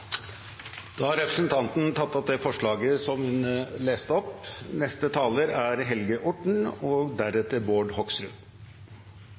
Da har representanten Kjersti Toppe tatt opp det forslaget hun